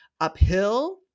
uphill